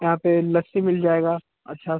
यहाँ पर लस्सी मिल जाएगी अच्छा